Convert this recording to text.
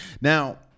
Now